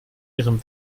ihrem